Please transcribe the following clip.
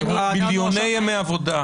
מיליוני ימי עבודה.